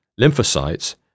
lymphocytes